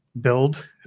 build